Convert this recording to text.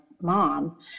mom